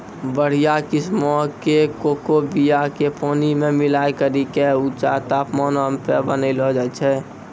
बढ़िया किस्मो के कोको बीया के पानी मे मिलाय करि के ऊंचा तापमानो पे बनैलो जाय छै